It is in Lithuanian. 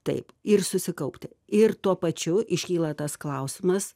taip ir susikaupti ir tuo pačiu iškyla tas klausimas